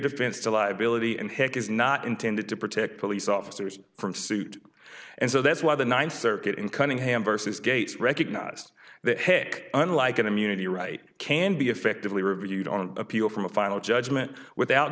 defense to liability and hc is not intended to protect police officers from suit and so that's why the ninth circuit in cunningham versus gates recognized that hc unlike immunity right can be effectively reviewed on an appeal from a final judgment without